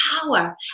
power